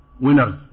winners